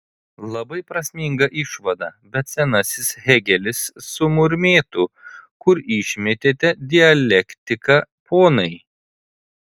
labai prasminga išvada bet senasis hėgelis sumurmėtų kur išmetėte dialektiką ponai